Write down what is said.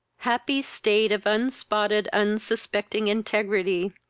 happy state of unspotted unsuspecting integrity!